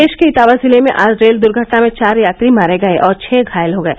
प्रदेश के इटावा जिले में आज रेल दुर्घटना में चार यात्री मारे गये और छह घायल हो गये